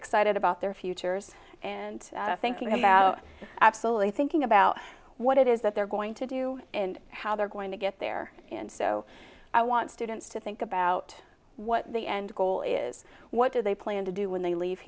excited about their futures and thinking about absolutely thinking about what it is that they're going to do and how they're going to get there and so i want students to think about what the end goal is what do they plan to do when they leave